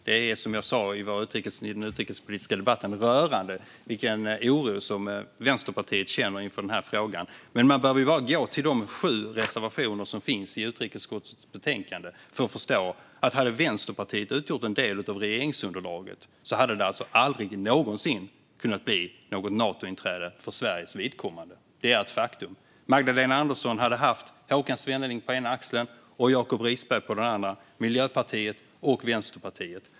Det är, som jag sa i den utrikespolitiska debatten, rörande vilken oro Vänsterpartiet känner inför denna fråga. Men man behöver bara gå till de sju reservationer som finns i utrikesutskottets betänkande för att förstå att om Vänsterpartiet hade utgjort en del av regeringsunderlaget hade det aldrig någonsin kunnat bli något Natointräde för Sveriges vidkommande. Det är ett faktum. Magdalena Andersson hade haft Håkan Svenneling på ena axeln och Jacob Risberg på den andra - Miljöpartiet och Vänsterpartiet.